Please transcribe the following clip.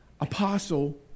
apostle